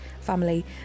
family